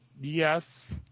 Yes